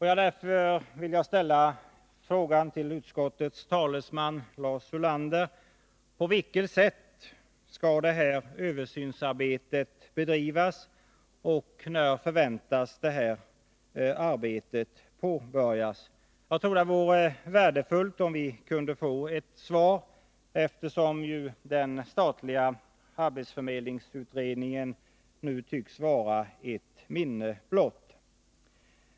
Jag vill därför fråga utskottets talesman Lars Ulander: På vilket sätt skall detta översynsarbete bedrivas? Och när förväntas arbetet påbörjas? Jag tror att det vore värdefullt om vi kunde få ett svar, eftersom den statliga arbetsförmedlings utredningen nu tycks vara ett minne blott.